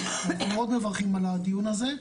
אנחנו מאוד מברכים על הדיון הזה,